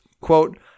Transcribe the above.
Quote